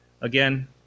again